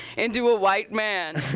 and do a white man.